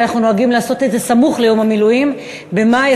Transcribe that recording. רגב, ראשונת הדוברים ומראשי שדולת המילואים בכנסת.